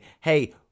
hey